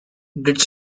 does